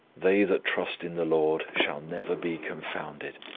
they that trust in the lord shall never be confounded!